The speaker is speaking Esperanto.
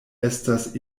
estas